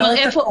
לא הכול.